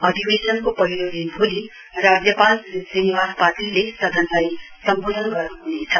अधिवेशनको पहिलो दिन भडोलि राज्यपाल श्री श्रीनिवास पाटिलले सदनलाई सम्वोधन गर्नुह्नेछ